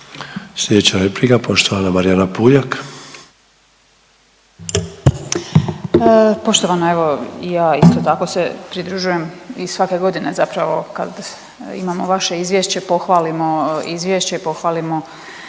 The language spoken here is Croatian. Sljedeća replika poštovana Marijana Puljak.